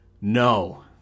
No